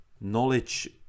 knowledge